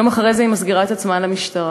יום אחרי זה היא מסגירה את עצמה למשטרה.